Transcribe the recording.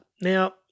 Now